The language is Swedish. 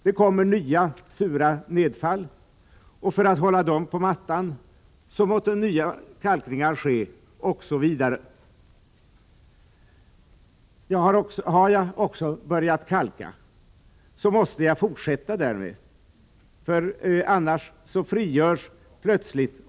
Det kommer nya sura nedfall, och för att hålla dem på mattan måste nya kalkningar ske, osv. Har jag börjat kalka måste jag fortsätta därmed.